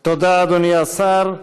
תודה, אדוני השר.